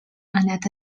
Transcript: anat